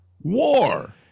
war